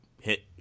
hit